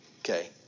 okay